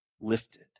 lifted